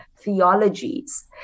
theologies